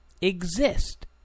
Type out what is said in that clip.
exist